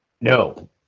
No